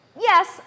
Yes